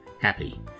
happy